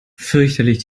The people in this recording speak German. fürchterlich